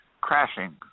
crashing